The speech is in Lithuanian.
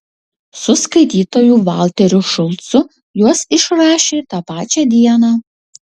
su skaitytoju valteriu šulcu juos išrašė tą pačią dieną